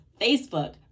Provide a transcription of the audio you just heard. Facebook